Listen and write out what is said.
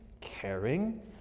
caring